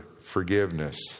forgiveness